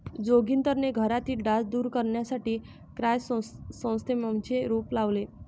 जोगिंदरने घरातील डास दूर करण्यासाठी क्रायसॅन्थेममचे रोप लावले